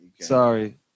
Sorry